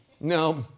No